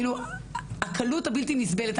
כאילו, הקלות הבלתי נסבלת.